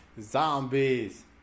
zombies